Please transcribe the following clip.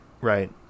right